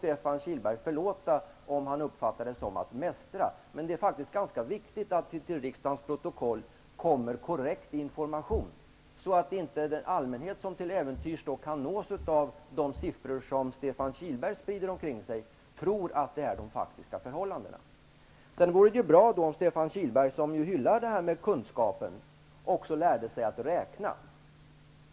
Stefan Kihlberg får förlåta om han uppfattar detta som att mästra, men det är faktiskt ganska viktigt att det i riksdagens protokoll finns korrekt information, så att inte den allmänhet som till äventyrs kan nås av de siffror som Stefan Kihlberg sprider omkring sig tror att de speglar de faktiska förhållandena. Det vore bra om Stefan Kihlberg, som hyllar kunskapen, också lärde sig att räkna.